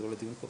זה לא לדיון פה.